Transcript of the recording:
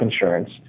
insurance